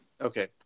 Okay